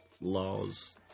laws